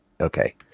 Okay